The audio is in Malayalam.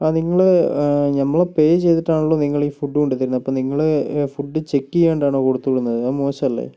ആ നിങ്ങൾ നമ്മൾ പേ ചെയ്തിട്ടാണല്ലോ നിങ്ങൾ ഈ ഫുഡ് കൊണ്ടുത്തരുന്നത് അപ്പോൾ നിങ്ങൾ ഫുഡ് ചെക്ക് ചെയ്യാണ്ടാണോ ഫുഡ് കൊടുത്തുവിടുന്നത് അത് മോശമല്ലേ